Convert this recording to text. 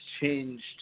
changed